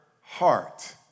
heart